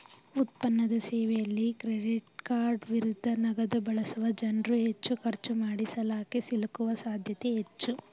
ಉತ್ಪನ್ನದ ಸೇವೆಯಲ್ಲಿ ಕ್ರೆಡಿಟ್ಕಾರ್ಡ್ ವಿರುದ್ಧ ನಗದುಬಳಸುವ ಜನ್ರುಹೆಚ್ಚು ಖರ್ಚು ಮಾಡಿಸಾಲಕ್ಕೆ ಸಿಲುಕುವ ಸಾಧ್ಯತೆ ಹೆಚ್ಚು